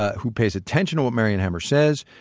ah who pays attention to what marion hammer says.